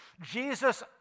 Jesus